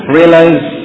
realize